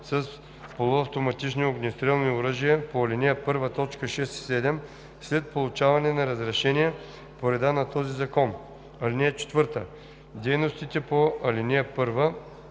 с полуавтоматични огнестрелни оръжия по ал. 1, т. 6 и 7, след получаване на разрешение по реда на този закон. (4) Дейностите по чл. 1,